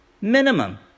minimum